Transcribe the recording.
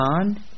on